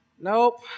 Nope